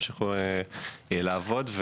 ימשיכו לעבוד.